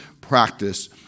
practice